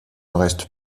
reste